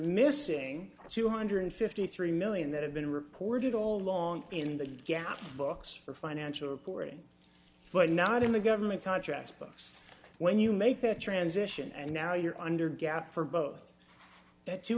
missing two hundred and fifty three million that have been reported all along in that gap books for financial reporting but not in the government contracts books when you make that transition and now you're under gap for both that two